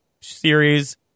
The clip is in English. series